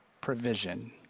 provision